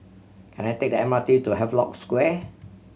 can I take the M R T to Havelock Square